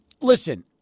listen